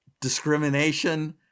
discrimination